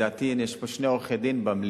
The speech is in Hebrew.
לדעתי, הנה, יש פה שני עורכי-דין במליאה.